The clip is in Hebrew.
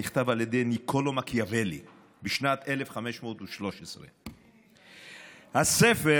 נכתב על ידי ניקולו מקיאוולי בשנת 1513. הספר